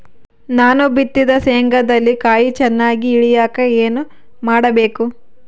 ನಾನು ಬಿತ್ತಿದ ಶೇಂಗಾದಲ್ಲಿ ಕಾಯಿ ಚನ್ನಾಗಿ ಇಳಿಯಕ ಏನು ಮಾಡಬೇಕು?